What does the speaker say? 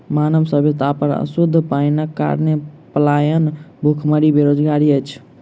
मानव सभ्यता पर अशुद्ध पाइनक कारणेँ पलायन, भुखमरी, बेरोजगारी अछि